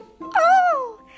Oh